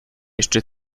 jeszcze